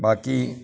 बाक़ी